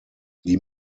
die